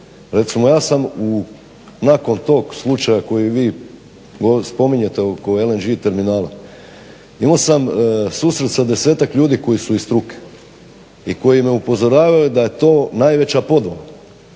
Recimo ja sam nakon tog slučaja koji vi spominjete oko LNG terminala imao sam susret sa desetak ljudi koji su iz struke i koji me upozoravaju da je to najveća podvala,